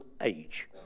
age